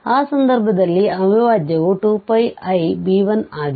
ಆ ಸಂದರ್ಭದಲ್ಲಿ ಅವಿಭಾಜ್ಯವು 2πib1ಆಗಿದೆ